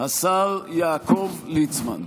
השר יעקב ליצמן.